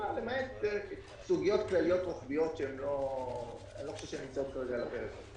למעט סוגיות כלליות רוחביות שאני לא חושב שהן נמצאות כרגע על הפרק.